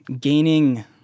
gaining